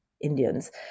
Indians